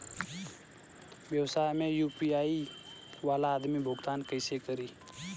व्यवसाय में यू.पी.आई वाला आदमी भुगतान कइसे करीं?